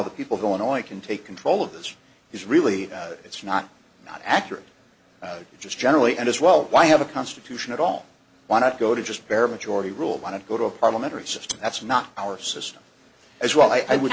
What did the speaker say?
the people going all i can take control of this is really it's not not accurate just generally and as well why have a constitution at all why not go to just bare majority rule want to go to a parliamentary system that's not our system as well i would